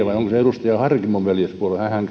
vai onko se edustaja harkimon veljespuolue hänhän